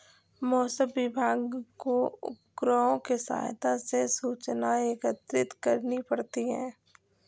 मौसम विभाग को उपग्रहों के सहायता से सूचनाएं एकत्रित करनी पड़ती है